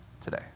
today